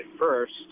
first